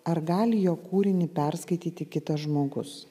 ar gali jo kūrinį perskaityti kitas žmogus